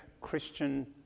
Christian